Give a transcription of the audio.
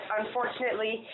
unfortunately